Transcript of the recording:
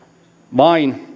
vain